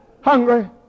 hungry